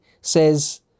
says